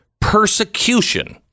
persecution